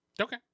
Okay